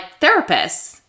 therapists